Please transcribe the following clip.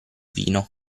vino